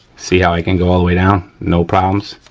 see how it can go all the way down? no problems,